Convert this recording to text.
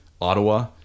Ottawa